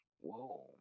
Whoa